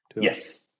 Yes